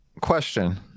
Question